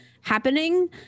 happening